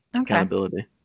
Accountability